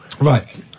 Right